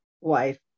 wife